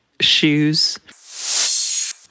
shoes